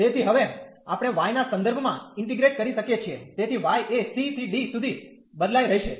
તેથી હવે આપણે y ના સંદર્ભમાં ઇન્ટીગ્રેટ કરી શકીએ છીએ તેથી y એ c ¿d સુધી બદલાઈ રહેશે